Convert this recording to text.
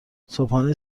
صبحانه